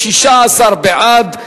16 בעד,